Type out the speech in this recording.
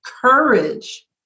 courage